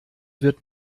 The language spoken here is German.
wird